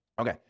Okay